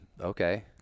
Okay